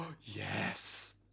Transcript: yes